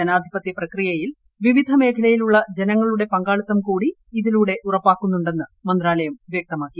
ജനാധിപത്യ പ്രക്രിയയിൽ വിവിധ്യ മേഖ്ലയിലുള്ള ജനങ്ങളുടെ പങ്കാളിത്തം കൂടി ഇതിലൂടെ പ്പ്ഉർപ്പാ്ക്കുന്നുണ്ടെന്ന് മന്ത്രാലയം വ്യക്തമാക്കി